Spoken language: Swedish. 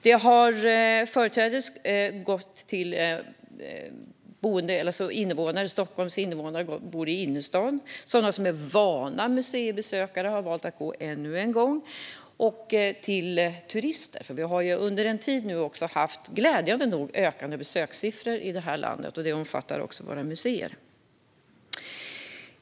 Det har företrädesvis gynnat invånare i Stockholms innerstad - sådana som är vana museibesökare har valt att gå ännu en gång - och turister. Vi har nämligen under en tid glädjande nog haft ökande besökssiffror i det här landet, och det omfattar även våra museer.